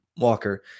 Walker